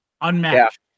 Unmatched